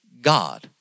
God